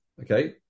Okay